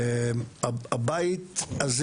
הבית הזה,